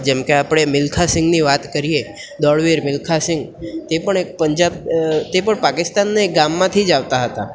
જેમ કે આપણે મિલ્ખા સિંગની વાત કરીએ દોડવીર મિલ્ખા સિંગ તે પણ એક પંજાબ તે પણ પાકિસ્તાનના એક ગામમાંથી જ આવતા હતા